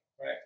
right